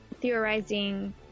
theorizing